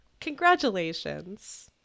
Congratulations